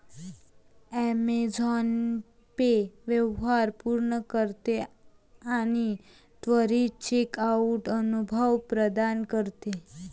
Amazon Pay व्यवहार पूर्ण करते आणि त्वरित चेकआउट अनुभव प्रदान करते